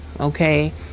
okay